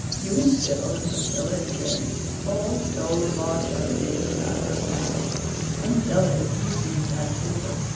you and phil and priscilla and jane all stole a march on me in the matter of marriage and stella is teaching in vancouver.